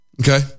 Okay